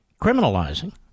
criminalizing